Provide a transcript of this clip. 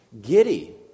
giddy